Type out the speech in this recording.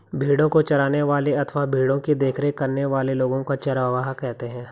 भेड़ों को चराने वाले अथवा भेड़ों की देखरेख करने वाले लोगों को चरवाहा कहते हैं